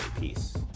Peace